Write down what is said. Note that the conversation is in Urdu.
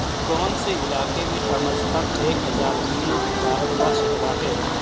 کون سے علاقے میں کم ازکم ایک ہزار میل کا کھلا صحرا ہے